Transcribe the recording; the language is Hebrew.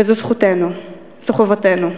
וזאת זכותנו, זאת חובתנו,